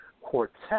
Quartet